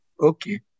Okay